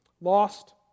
lost